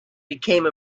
became